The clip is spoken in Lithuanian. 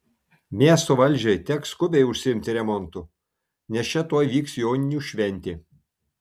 miesto valdžiai teks skubiai užsiimti remontu nes čia tuoj vyks joninių šventė